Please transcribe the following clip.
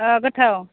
गोथाव